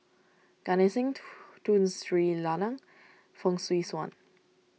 Gan Eng Seng Tun Sri Lanang Fong Swee Suan